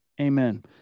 Amen